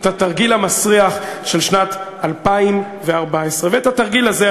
את התרגיל המסריח של שנת 2014. ואת התרגיל הזה,